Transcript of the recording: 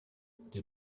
the